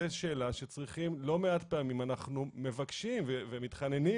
זו שאלה שלא מעט פעמים אנחנו מבקשים או מתחננים